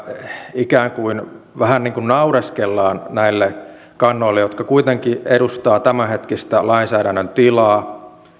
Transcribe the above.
vähän niin kuin naureskellaan näille kannoille jotka kuitenkin edustavat tämänhetkistä lainsäädännön tilaa